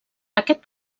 aquest